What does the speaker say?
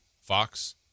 Fox